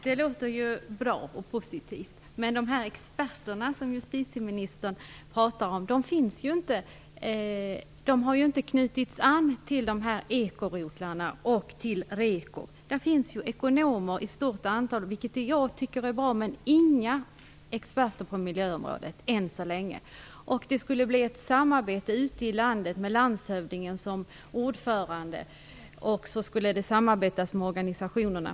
Herr talman! Det låter ju positivt och bra. Men de experter som justitieministern talar om har ju inte knutits till ekorotlarna och REKO. Där finns ju ekonomer i stort antal, vilket jag tycker är bra, men inga experter på miljöområdet än så länge. Meningen var att det skulle bli ett samarbete ute i landet med olika organisationer och med landshövdingen som ordförande.